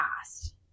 past